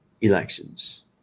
elections